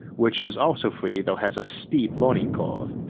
which is also free though has a steep learning curve.